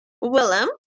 Willem